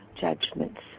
judgments